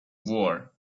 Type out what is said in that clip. war